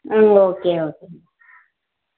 okay okay